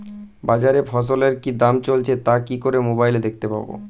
বাজারে ফসলের কি দাম চলছে তা কি করে মোবাইলে দেখতে পাবো?